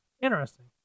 Interesting